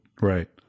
Right